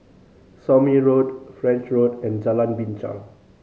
Somme Road French Road and Jalan Binchang